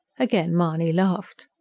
again mahony laughed.